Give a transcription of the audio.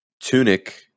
Tunic